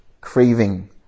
craving